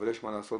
אבל יש מה לעשות,